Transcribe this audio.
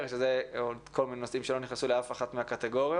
שזה על מיני נושאים שלא נכנסו לאף אחת מהקטגוריות.